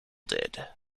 did